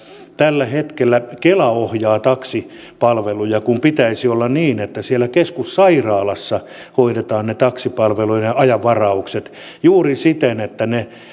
tällä hetkellä kela ohjaa taksipalveluja kun pitäisi olla niin että siellä keskussairaalassa hoidetaan ne taksipalveluiden ajanvaraukset juuri siten että niitä